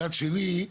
מצד שני,